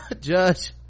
judge